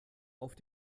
auf